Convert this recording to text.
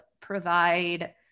provide